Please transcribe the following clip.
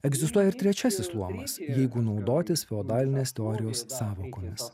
egzistuoja ir trečiasis luomas jeigu naudotis feodalinės teorijos sąvokomis